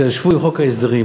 כשישבו על חוק ההסדרים,